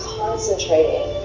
concentrating